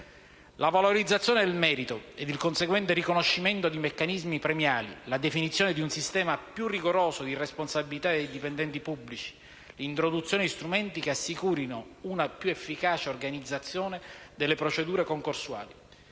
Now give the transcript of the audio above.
la valorizzazione del merito ed il conseguente riconoscimento di meccanismi premiali, la definizione di un sistema più rigoroso di responsabilità dei dipendenti pubblici; l'introduzione di strumenti che assicurino una più efficace organizzazione delle procedure concorsuali.